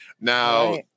Now